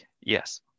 Yes